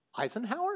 Eisenhower